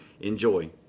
enjoy